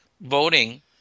voting